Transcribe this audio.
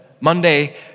Monday